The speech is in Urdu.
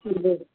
جی